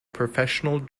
professional